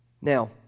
Now